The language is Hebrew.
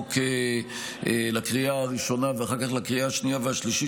החוק לקריאה הראשונה ואחר כך לקריאה השנייה והשלישית,